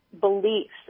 beliefs